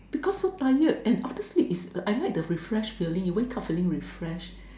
because so tired and after sleep is I like the refreshed feeling you wake up feeling refreshed